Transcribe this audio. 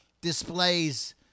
displays